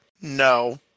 No